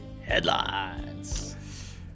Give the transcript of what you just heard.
Headlines